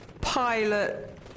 pilot